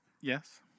Yes